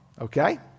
okay